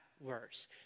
worse